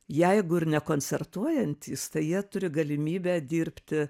jeigu ir ne koncertuojantys tai jie turi galimybę dirbti